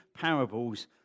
parables